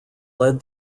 led